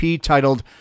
titled